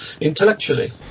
intellectually